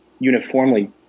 Uniformly